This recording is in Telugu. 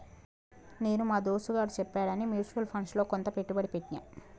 నేను మా దోస్తుగాడు చెప్పాడని మ్యూచువల్ ఫండ్స్ లో కొంత పెట్టుబడి పెట్టిన